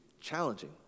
challenging